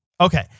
Okay